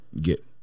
get